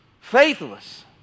faithless